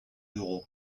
d’euros